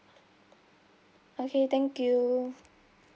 okay thank you